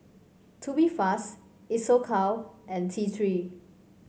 Tubifast Isocal and T Three